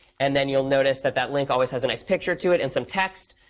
and then, you'll notice that that link always has a nice picture to it and some text.